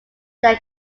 than